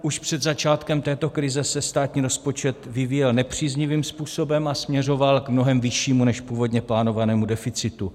Už před začátkem této krize se státní rozpočet vyvíjel nepříznivým způsobem a směřoval k mnohem vyššímu než původně plánovanému deficitu.